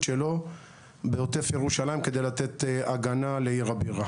שלו בעוטף ירושלים כדי לתת הגנה לעיר הבירה